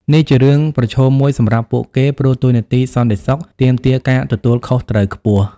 នេះជារឿងប្រឈមមួយសម្រាប់ពួកគេ ព្រោះតួនាទីសន្តិសុខទាមទារការទទួលខុសត្រូវខ្ពស់។